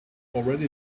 already